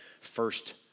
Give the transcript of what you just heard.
first